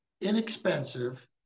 inexpensive